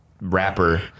rapper